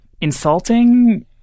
Insulting